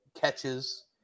catches